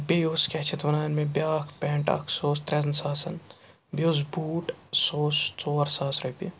بیٚیہِ اوس کیٛاہ چھِ اَتھ وَنان مےٚ بیٛاکھ پٮ۪نٛٹ اَکھ سُہ اوس ترٛٮ۪ن ساسَن بیٚیہِ اوس بوٗٹ سُہ اوس ژور ساس رۄپیہِ